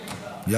אתה,